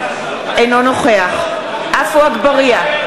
אינו נוכח עפו אגבאריה,